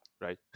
Right